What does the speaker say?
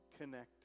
connected